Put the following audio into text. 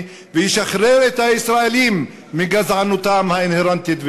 וישחרר את הישראלים מגזענותם האינהרנטית.